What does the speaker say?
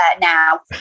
now